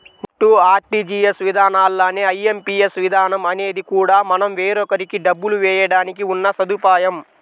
NEFT, RTGS విధానాల్లానే IMPS విధానం అనేది కూడా మనం వేరొకరికి డబ్బులు వేయడానికి ఉన్న సదుపాయం